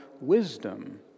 wisdom